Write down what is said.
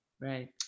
right